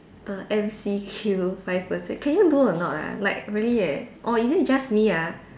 the M_C_Q five percent can you do or not ah like really eh or is it just me ah